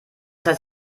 heißt